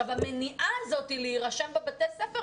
המניעה הזאת להירשם בבתי ספר,